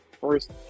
First